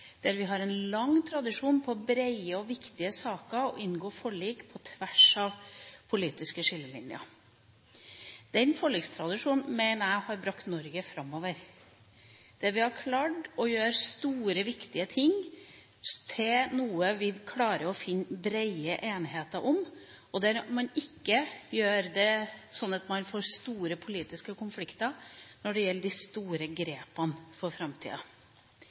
å inngå forlik på tvers av politiske skillelinjer. Denne forlikstradisjonen mener jeg har brakt Norge framover. Store og viktige ting har vi klart å få bred enighet om, slik at man ikke har fått store politiske konflikter når det gjelder de store grepene for framtida.